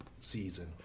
season